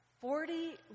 Forty